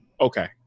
Okay